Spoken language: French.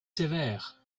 sévère